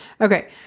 Okay